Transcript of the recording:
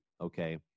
Okay